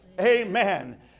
Amen